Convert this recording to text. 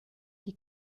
die